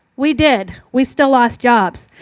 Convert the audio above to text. we did, we still lost jobs.